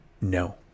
No